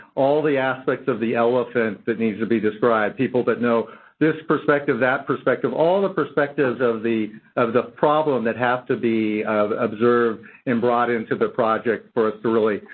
all the aspects of the elephant that needs to be described-people that know this perspective, that perspective, all the perspectives of the of the problem that has to be observed and brought into the project for us to really,